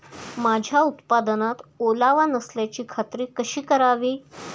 माझ्या उत्पादनात ओलावा नसल्याची खात्री कशी करावी?